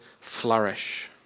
flourish